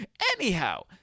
Anyhow